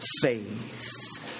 faith